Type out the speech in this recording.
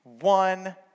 One